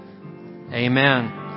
Amen